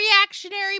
reactionary